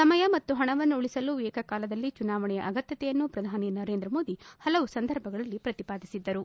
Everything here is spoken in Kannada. ಸಮಯ ಮತ್ತು ಪಣವನ್ನು ಉಳಿಸಲು ಏಕಕಾಲದಲ್ಲಿ ಚುನಾವಣೆ ಅಗತ್ಯತೆಯನ್ನು ಪ್ರಧಾನಿ ನರೇಂದ್ರ ಮೋದಿ ಪಲವು ಸಂದರ್ಭಗಳಲ್ಲಿ ಪ್ರತಿಪಾದಿಸಿದ್ದರು